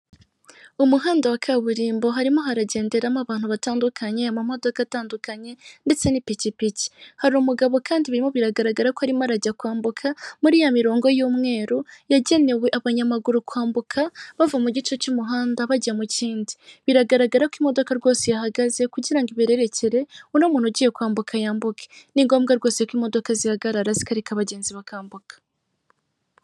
Umuhanda wa kaburimbo, harimo haragenderamo abantu batandukanye, amamodoka atandukanye ndetse n'ipikipiki. Hari umugabo kandi birimo biragaragara ko arimo arajya kwambuka muri ya mirongo y'umweru, yagenewe abanyamaguru kwambuka, bava mu gice cy'umuhanda, bajya mu kindi. Biragaragara ko imodoka rwose yahagaze kugira ngo iberekere, uno muntu ugiye kwambuka yambuke. Ni ngombwa rwose ko imodoka zihagarara, zikareka abagenzi bakambuka.